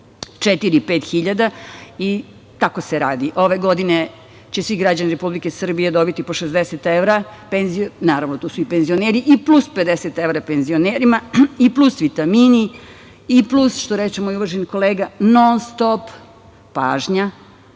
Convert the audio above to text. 5.000 i tako se radi. Ove godine će svi građani Republike Srbije dobiti po 60 evra, naravno, tu su i penzioneri, i plus 50 evra penzionerima, i plus vitamini, i plus, što reče moj uvaženi kolega, non-stop pažnja,